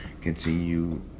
continue